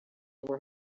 were